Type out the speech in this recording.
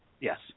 Yes